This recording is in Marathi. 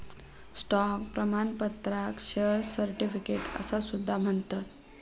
स्टॉक प्रमाणपत्राक शेअर सर्टिफिकेट असा सुद्धा म्हणतत